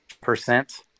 percent